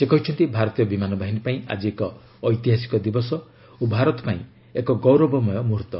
ସେ କହିଛନ୍ତି ଭାରତୀୟ ବିମାନ ବାହିନୀ ପାଇଁ ଆଜି ଏକ ଐତିହାସିକ ଦିବସ ଓ ଭାରତ ପାଇଁ ଏକ ଗୌରବମୟ ମୁହୂର୍ତ୍ତ